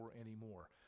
anymore